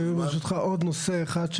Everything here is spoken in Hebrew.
ברשותך, עוד נושא אחד,